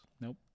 Nope